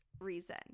reason